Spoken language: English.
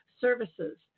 services